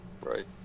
Right